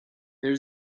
there